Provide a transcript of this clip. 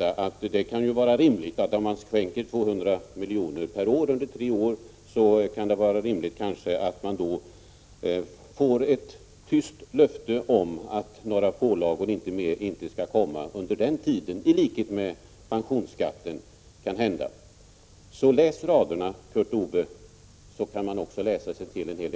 att om man skänker 200 miljoner per år under tre år, kan det vara rimligt att man får ett tyst löfte om att några pålagor inte skall komma under den tiden. Det är kanhända på samma sätt som när pensionsskatten infördes. Läs raderna, Kurt Ove Johansson. Där kan man också läsa sig till en hel del